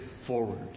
forward